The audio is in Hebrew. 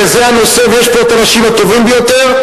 כי זה הנושא ויש פה האנשים הטובים ביותר.